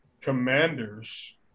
Commanders